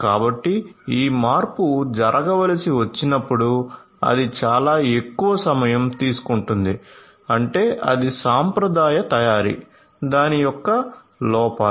కాబట్టి ఈ మార్పు జరగవలసి వచ్చినప్పుడు అది చాలా ఎక్కువ సమయం తీసుకుంటుంది అంటే అది సాంప్రదాయ తయారీ దాని యొక్క లోపాలు